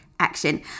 action